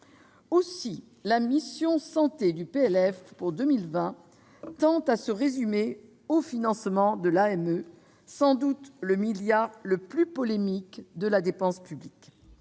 Aussi, la mission « Santé » du PLF pour 2020 tend à se résumer au financement de l'AME, sans doute le milliard le plus polémique de la dépense publique.